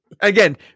again